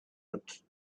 but